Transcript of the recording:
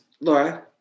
Laura